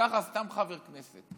ככה, סתם חבר כנסת.